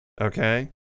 Okay